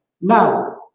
Now